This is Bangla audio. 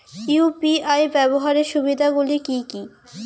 ইউ.পি.আই ব্যাবহার সুবিধাগুলি কি কি?